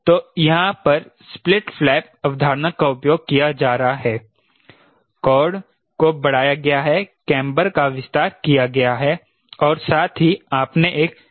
तो यहां पर स्प्लिट फ्लैप अवधारणा का उपयोग किया जा रहा है कॉर्ड को बढ़ाया गया है केंबर का विस्तार किया गया है और साथ ही आपने एक स्लॉट लगाया है